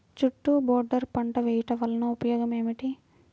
చుట్టూ బోర్డర్ పంట వేయుట వలన ఉపయోగం ఏమిటి?